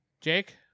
Jake